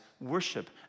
worship